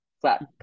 flat